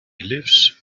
lives